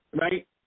right